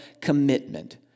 commitment